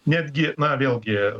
netgi na vėlgi